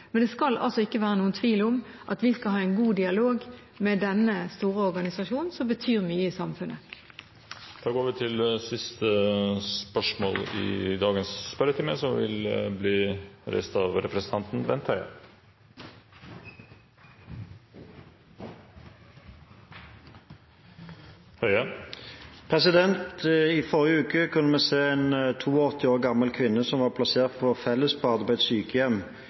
Men det skal ikke være noen tvil om at vi skal ha en god dialog med denne store organisasjonen som betyr mye i samfunnet. «I forrige uke kunne vi se en 82 år gammel kvinne som var plassert på fellesbadet på et sykehjem